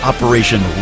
Operation